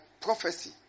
prophecy